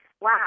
Wow